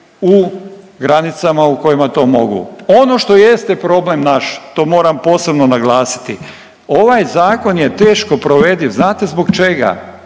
u granicama u kojima to mogu. Ono što jeste problem naš to moram posebno naglasiti. Ovaj zakon je teško provediv. Znate zbog čega?